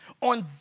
on